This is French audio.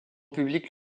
public